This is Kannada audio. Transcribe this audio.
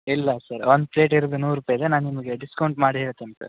ಇಲ್ಲ ಸರ್ ಒನ್ ಪ್ಲೇಟ್ ಇರೋದೇ ನೂರು ರೂಪಾಯ್ಗೆ ನಾನು ನಿಮಗೆ ಡಿಸ್ಕೌಂಟ್ ಮಾಡಿ ಹೇಳ್ತೀನಿ ಸರ್